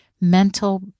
mental